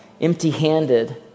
empty-handed